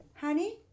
Honey